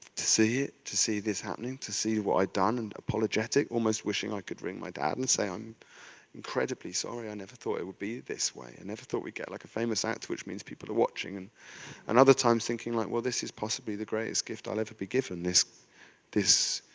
to see it, to see this happening, to see what i've done and apologetic, almost wishing i could ring my dad and say, i'm incredibly sorry. i never thought it would be this way. i and never thought we get like a famous act, which means people are watching and and other times thinking like, well, this is possibly the greatest gift i'll ever be given, this this